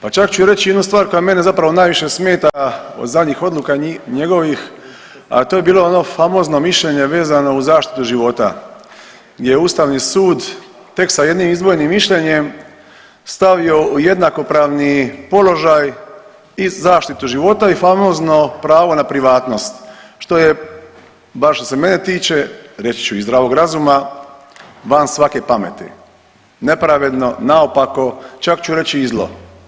Pa čak ću reći jednu stvar koja mene zapravo najviše smeta od zadnjih odluka njegovih, a to je bilo ono famozno mišljenje uz zaštitu života gdje je Ustavni sud tek sa jednim izdvojenim mišljenjem stavio u jednakopravni položaj i zaštitu života i famozno pravo na privatnost što je bar što se mene tiče reći ću iz zdravog razuma van svake pameti nepravedno, naopako, čak ću reći i zlo.